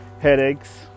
headaches